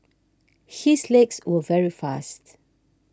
his legs were very fast